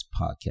podcast